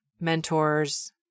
mentors